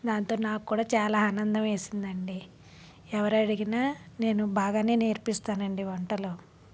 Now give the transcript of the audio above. దాంతో నాకు కూడా చాలా ఆనందం వేసింది అండి ఎవరు అడిగినా నేను బాగానే నేర్పిస్తానండి వంటలు